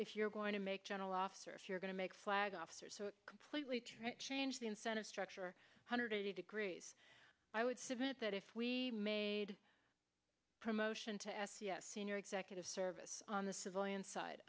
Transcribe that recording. if you're going to make general officer if you're going to make flag officers completely change the incentive structure hundred eighty degrees i would submit that if we made a promotion to s t s senior executive service on the civilian side